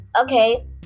okay